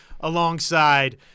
alongside